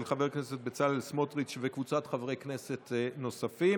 של חבר הכנסת בצלאל סמוטריץ' וקבוצת חברי כנסת נוספים.